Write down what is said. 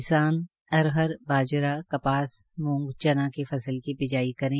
किसान अरहर बाजरा कपास मूंगचना की फसल की बिजाई करें